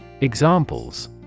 EXAMPLES